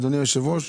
אדוני היושב ראש,